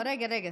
רגע.